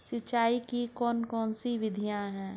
सिंचाई की कौन कौन सी विधियां हैं?